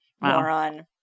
Moron